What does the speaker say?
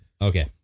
okay